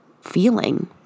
feeling